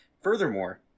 Furthermore